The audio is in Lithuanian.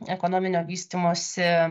ekonominio vystymosi